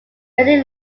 rainy